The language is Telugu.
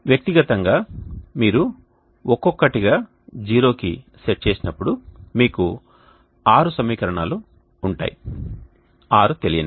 వ్యక్తిగతంగా మీరు ఒక్కొక్కటిగా 0కి సెట్ చేసినప్పుడు మీకు ఆరు సమీకరణాలు ఉంటాయి 6 తెలియనివి